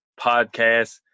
podcast